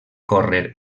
córrer